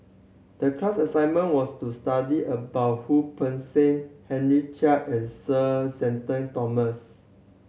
the class assignment was to study about Wu Peng Seng Henry Chia and Sir Shenton Thomas